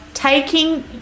Taking